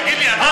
תגיד לי, אתה